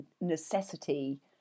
necessity